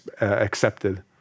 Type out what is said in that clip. accepted